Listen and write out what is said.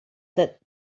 that